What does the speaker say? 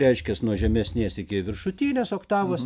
reiškias nuo žemesnės iki viršutinės oktavos